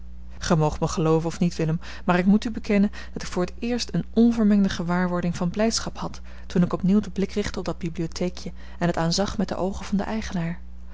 ge moogt me gelooven of niet willem maar ik moet u bekennen dat ik voor t eerst eene onvermengde gewaarwording van blijdschap had toen ik opnieuw den blik richtte op dat bibliotheekje en het aanzag met de oogen van den eigenaar